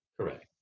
Correct